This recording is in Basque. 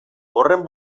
horren